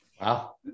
Wow